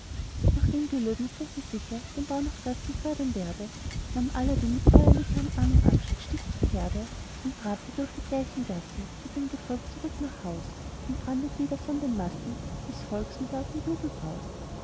nach dem gelöbnis daß er sicher den bau nach kräften fördern werde nahm aladdin mit feierlicher umarmung abschied stieg zu pferde und trabte durch die gleichen gassen mit dem gefolg zurück nach haus umbrandet wieder von den massen des volks mit lautem